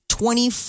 Twenty